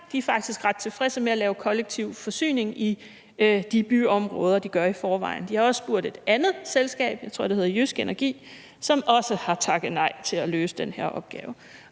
De er faktisk ret tilfredse med at lave kollektiv forsyning i de byområder, de gør det i i forvejen. Man har også spurgt et andet selskab, og jeg tror, det hedder Jysk Energi, som også har takket nej til at løse den her opgave.